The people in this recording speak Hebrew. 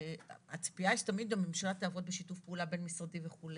שהציפייה היא שתמיד הממשלה תעבוד בשיתוף פעולה בין משרדי וכו'.